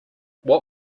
what